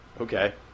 Okay